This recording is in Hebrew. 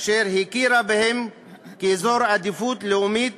אשר הכירה בהם כאזור עדיפות לאומית